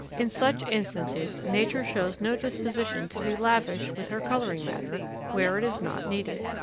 in such instances nature shows no disposition to be lavish with her colouring matter where it is not needed.